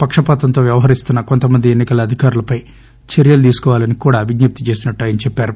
పక్షపాతంతో వ్యవహరిస్తున్న కొంత మంది ఎన్సికల అధికారులపై చర్యలు తీసుకోవాలని కూడా విజ్ఞప్తి చేసినట్లు ఆయన తెలిపారు